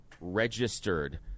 registered